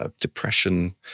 Depression